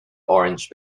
orange